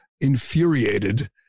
infuriated